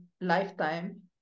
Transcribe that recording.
lifetime